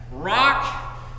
Rock